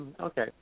Okay